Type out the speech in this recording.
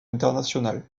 international